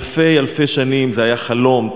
אלפי-אלפי שנים זה היה חלום,